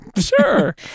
Sure